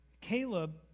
Caleb